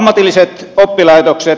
ammatilliset oppilaitokset